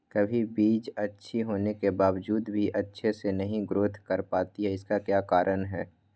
कभी बीज अच्छी होने के बावजूद भी अच्छे से नहीं ग्रोथ कर पाती इसका क्या कारण है?